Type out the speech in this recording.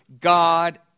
God